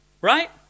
right